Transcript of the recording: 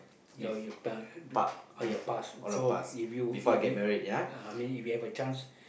your you or your past so if you if you uh I mean if you have a chance